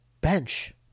bench